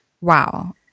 Wow